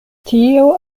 tio